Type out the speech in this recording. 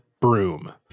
broom